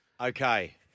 Okay